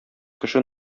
кеше